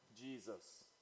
Jesus